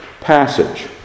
passage